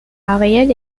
ariel